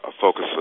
focus